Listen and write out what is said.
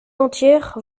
entière